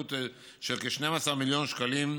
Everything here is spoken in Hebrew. בעלות של כ-12 מיליון שקלים.